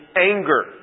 anger